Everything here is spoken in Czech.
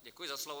Děkuji za slovo.